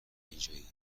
اینجایی